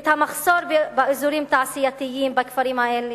את המחסור באזורי תעשייה בכפרים האלה?